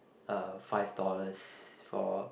uh five dollars for